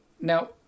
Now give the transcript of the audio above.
Now